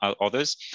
others